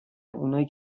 اونای